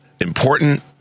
important